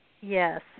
Yes